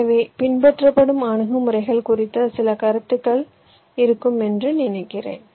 எனவே பின்பற்றப்படும் அணுகுமுறைகள் குறித்து சில கருத்துக்கள் இருக்கும் என்று நினைக்கிறேன்